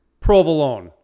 Provolone